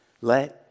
let